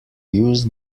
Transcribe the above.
used